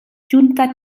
giunta